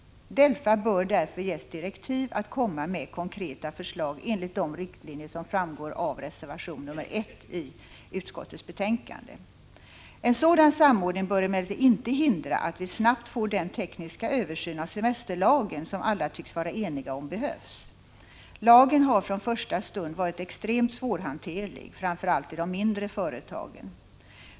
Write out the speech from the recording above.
DELFA bör ges direktiv att komma med konkreta förslag enligt de riktlinjer som framgår av reservation 1 i utskottsbetänkandet. En sådan samordning bör emellertid inte hindra att vi snabbt får den tekniska översyn av semesterlagen som alla tycks vara eniga om behövs. Lagen har från första stund varit extremt svårhanterlig, framför allt i de mindre företagen.